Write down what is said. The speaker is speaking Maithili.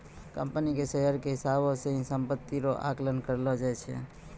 कम्पनी के शेयर के हिसाबौ से ही सम्पत्ति रो आकलन करलो जाय छै